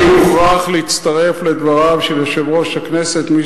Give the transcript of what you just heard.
אני מוכרח להצטרף לדבריו של יושב-ראש הכנסת,